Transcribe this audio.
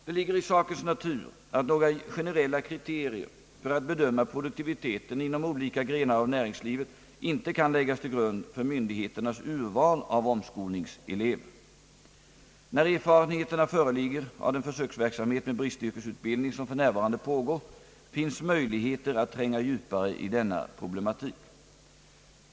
Det ligger i sakens natur att några generella kriterier för att bedöma produktiviteten inom olika grenar av näringslivet inte kan läggas till grund för myndigheternas urval av omskolningselever. När erfarenheterna föreligger av den försöksverksamhet med bristyrkesutbildningen som f. n. pågår finns möjligheter att tränga djupare i denna problematik.